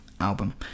album